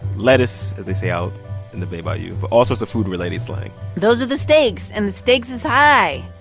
lettuce, as they say out in the bay by you but also, it's a food-related slang those are the stakes, and the stakes is high.